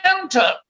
enter